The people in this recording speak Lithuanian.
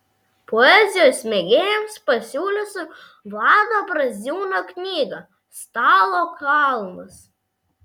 poezijos mėgėjams pasiūlysiu vlado braziūno knygą stalo kalnas